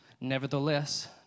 Nevertheless